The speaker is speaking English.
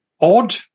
odd